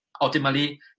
ultimately